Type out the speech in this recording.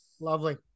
Lovely